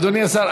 אדוני השר,